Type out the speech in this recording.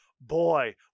boy